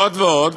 זאת ועוד,